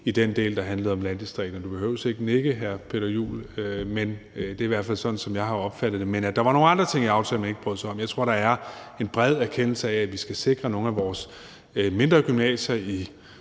i den del, der handlede om landdistrikterne. Du behøver ikke nikke, hr. Peter Juel-Jensen, men det er i hvert fald sådan, jeg har opfattet det. Men der var nogle andre ting i aftalen, man ikke brød sig om. Jeg tror, der er en bred erkendelse af, at vi skal sikre nogle af vores mindre gymnasier,